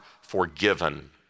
forgiven